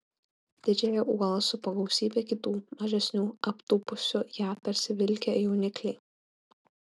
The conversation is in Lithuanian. didžiąją uolą supo gausybė kitų mažesnių aptūpusių ją tarsi vilkę jaunikliai